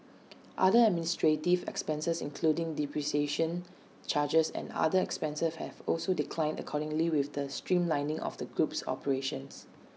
other administrative expenses including depreciation charges and other expenses have also declined accordingly with the streamlining of the group's operations